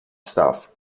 stuff